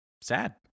sad